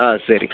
ஆ சரிங்க